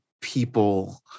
people